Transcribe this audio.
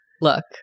Look